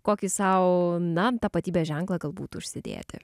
kokį sau na tapatybės ženklą galbūt užsidėti